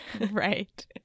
right